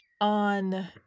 on